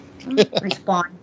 Respawn